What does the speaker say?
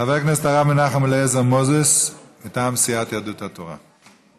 חבר הכנסת הרב מנחם אליעזר מוזס מטעם סיעת יהדות התורה,